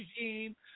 regime